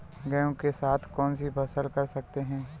गेहूँ के साथ कौनसी फसल कर सकते हैं?